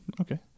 Okay